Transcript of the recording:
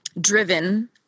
driven